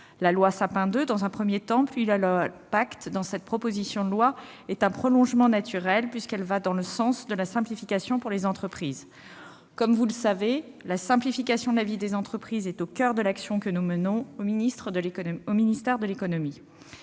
la croissance et la transformation des entreprises, dont cette proposition de loi est un prolongement naturel, car elle va dans le sens de la simplification pour les entreprises. Comme vous le savez, la simplification de la vie des entreprises est au coeur de l'action que nous menons au ministère de l'économie.